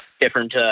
different